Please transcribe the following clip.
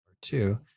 two